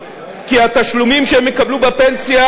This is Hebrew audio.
אם אתם רוצים שתי מדינות לשני עמים, אז בבקשה,